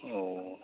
औ